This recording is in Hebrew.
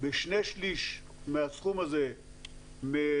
בשני שליש מהסכום הזה מהגז,